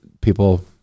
people